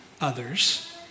others